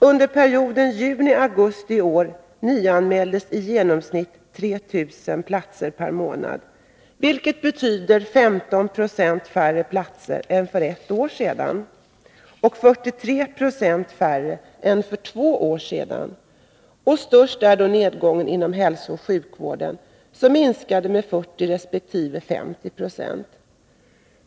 Under perioden juni-augusti i år nyanmäldes i genomsnitt 3 000 platser per månad, vilket betyder 15 96 färre platser än för ett år sedan och 43 96 färre än för två år sedan. Störst är nedgången inom hälsooch sjukvården, där det varit en minskning med 40 resp. 50 20.